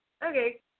Okay